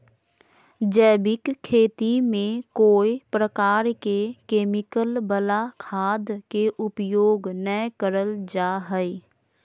जैविक खेती में कोय प्रकार के केमिकल वला खाद के उपयोग नै करल जा हई